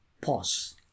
pause